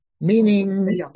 meaning